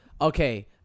Okay